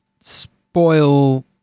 spoil